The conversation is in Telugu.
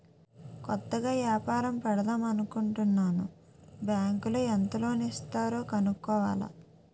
కొత్తగా ఏపారం పెడదామనుకుంటన్నాను బ్యాంకులో ఎంత లోను ఇస్తారో కనుక్కోవాల